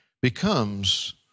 becomes